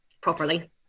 properly